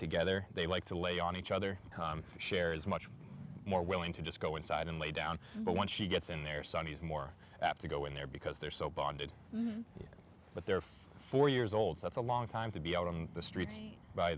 together they like to lay on each other and share is much more willing to just go inside and lay down but once she gets in there sonny is more apt to go in there because they're so bonded but they're four years old that's a long time to be out on the streets by